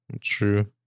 True